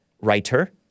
...writer